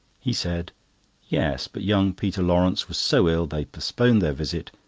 he said yes, but young peter lawrence was so ill, they postponed their visit,